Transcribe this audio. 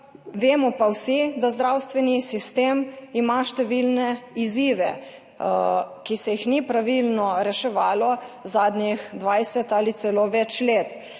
vemo pa vsi, da zdravstveni sistem ima številne izzive, ki se jih ni pravilno reševalo zadnjih dvajset ali celo več let.